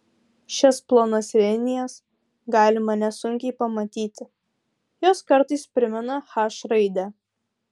šias plonas linijas galima nesunkiai pamatyti jos kartais primena h raidę